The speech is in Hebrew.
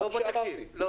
אותנו,